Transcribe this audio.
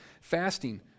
Fasting